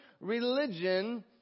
religion